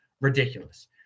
ridiculous